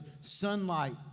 sunlight